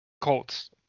Colts